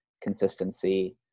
consistency